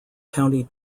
county